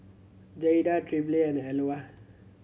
Jayda Trilby and